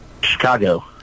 Chicago